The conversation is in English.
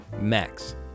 max